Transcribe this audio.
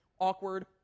Awkward